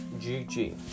GG